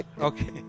okay